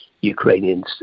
Ukrainians